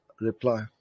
reply